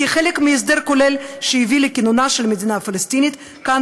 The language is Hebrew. כחלק מהסדר כולל שיביא לכינונה של המדינה הפלסטינית כאן,